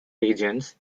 regions